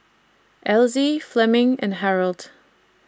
Elzie Fleming and Harold